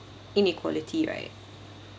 inequality right